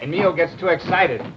and you know get too excited